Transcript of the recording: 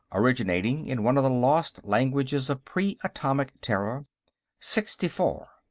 originating in one of the lost languages of pre-atomic terra sixtifor.